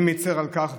אני מצר על כך,